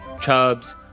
Chubs